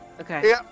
Okay